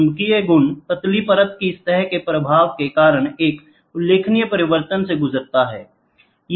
चुंबकीय गुण पतली परत की सतह के प्रभाव के कारण एक उल्लेखनीय परिवर्तन से गुजरते हैं